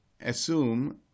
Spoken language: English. assume